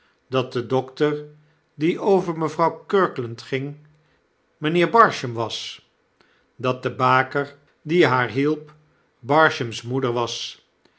dat de dokter die over mevrouw kirkland ging mijnheer barsham was dat de baker die haar hielp barsham's moeder was